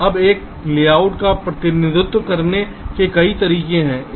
अब एक लेआउट का प्रतिनिधित्व करने के कई तरीके हैं